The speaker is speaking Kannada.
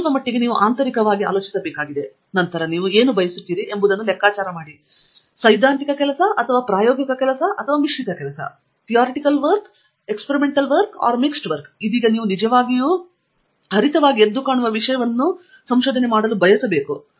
ಸ್ವಲ್ಪಮಟ್ಟಿಗೆ ನೀವು ಆಂತರಿಕವಾಗಿ ಆಲೋಚಿಸಬೇಕಾಗಿದೆ ಮತ್ತು ನಂತರ ನೀವು ಏನು ಬಯಸುತ್ತೀರಿ ಎಂಬುದನ್ನು ನೀವು ಲೆಕ್ಕಾಚಾರ ಮಾಡಿರಿ ಸೈದ್ಧಾಂತಿಕ ಕೆಲಸ ಅಥವಾ ಪ್ರಾಯೋಗಿಕ ಕೆಲಸ ಅಥವಾ ಮಿಶ್ರಿತ ಕೆಲಸ ಮತ್ತು ಇದೀಗ ನೀವು ನಿಜವಾಗಿಯೂ ಹರಿತವಾಗಿ ಎದ್ದುಕಾಣುವ ವಿಷಯವನ್ನು ಮಾಡಲು ಬಯಸುವಿರಿ